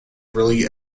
really